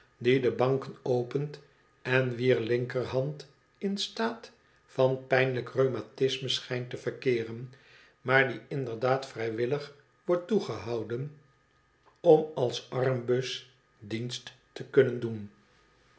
de banken opent en wier linkerhand in staat van pijnlijk rheumatisme schijnt te verkeeren maar die inderdaad vrijwillig wordt toegehouden om als armbus dienst te kunnen doen